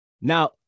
Now